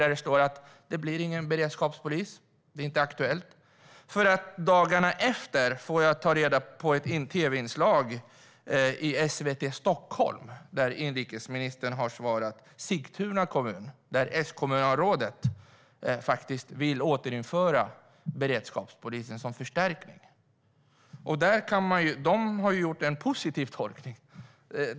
Där står det att det inte blir någon beredskapspolis. Det är inte aktuellt. Dagarna efter det var det ett tv-inslag i SVT, där inrikesministern svarar Sigtuna kommun - S-kommunalrådet där vill faktiskt återinföra beredskapspolisen som förstärkning. De har gjort en positiv tolkning.